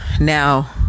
Now